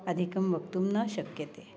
अधिकं वक्तुं न शक्यते